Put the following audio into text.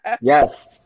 Yes